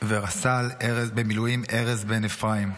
ורס"ל במילואים ארז בן אפרים.